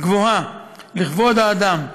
רבה לכבוד האדם,